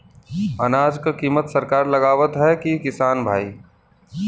अनाज क कीमत सरकार लगावत हैं कि किसान भाई?